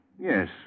Yes